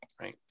right